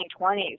1920s